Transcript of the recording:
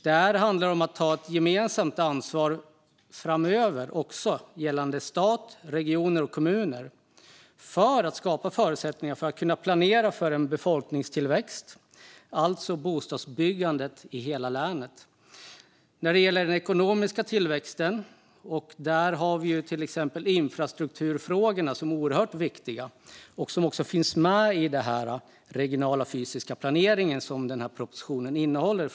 Det handlar också om att ta ett gemensamt ansvar framöver gällande stat, regioner och kommuner för att skapa förutsättningar att planera för en befolkningstillväxt, alltså för bostadsbyggandet i hela länet. När det gäller den ekonomiska tillväxten är till exempel infrastrukturfrågorna oerhört viktiga och finns med i propositionen från regeringen om den regionala fysiska planeringen.